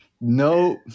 No